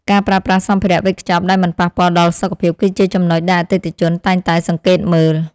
ការប្រើប្រាស់សម្ភារៈវេចខ្ចប់ដែលមិនប៉ះពាល់ដល់សុខភាព គឺជាចំណុចដែលអតិថិជនតែងតែសង្កេតមើល។